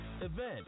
event